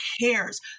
cares